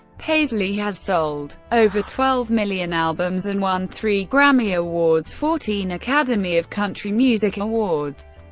paisley has sold over twelve million albums and won three grammy awards, fourteen academy of country music awards,